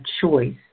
choice